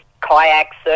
kayaks